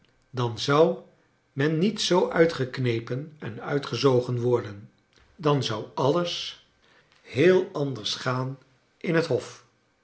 dan zou men niet zoo uitgeknepen en uitgezogen worden dan zou alles heel anders gaan in het hof